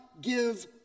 give